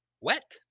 wet